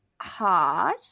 hard